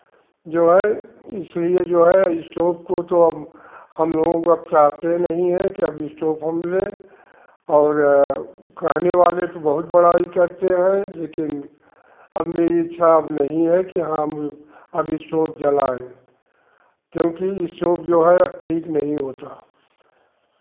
जो है इसलिए जो है इस्टोव को तो हम हम लोग अब चाहते नहीं है कि अब इस्टोव हम लें और कहने वाले तो बहुत बड़ाई करते हैं लेकिन अब मेरी इच्छा अब नहीं है कि हाँ अब इस्टोव जलाएँ क्योंकि इस्टोव जो है अब ठीक नहीं होता